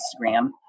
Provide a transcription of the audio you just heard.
Instagram